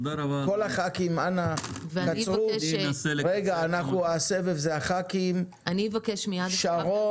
נשמע את חברי הכנסת, את שרון